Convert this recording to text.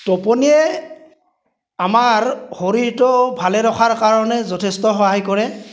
টোপনিয়ে আমাৰ শৰীৰটো ভালে ৰখাৰ কাৰণে যথেষ্ট সহায় কৰে